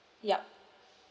yup